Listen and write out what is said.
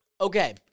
Okay